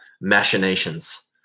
machinations